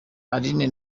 aline